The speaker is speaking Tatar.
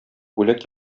бүләк